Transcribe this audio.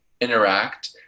interact